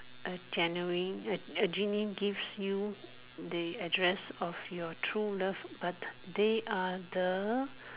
A genuine a A genie give you the address of your true love but they are the